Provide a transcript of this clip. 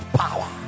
power